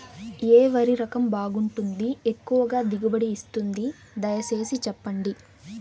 ఏ వరి రకం బాగుంటుంది, ఎక్కువగా దిగుబడి ఇస్తుంది దయసేసి చెప్పండి?